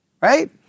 right